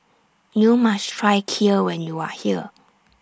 YOU must Try Kheer when YOU Are here